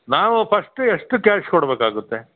ನಾವು ಫಸ್ಟ್ ಎಷ್ಟು ಕ್ಯಾಶ್ ಕೊಡಬೇಕಾಗುತ್ತೆ